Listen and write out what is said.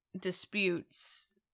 disputes